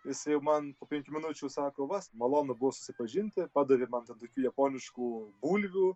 jisai man penkių minučių sako vas malonu susipažinti padavė man ten tokių japoniškų bulvių